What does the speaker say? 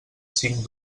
cinc